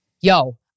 yo